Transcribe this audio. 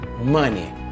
money